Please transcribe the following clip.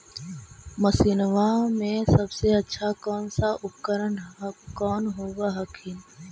मसिनमा मे सबसे अच्छा कौन सा उपकरण कौन होब हखिन?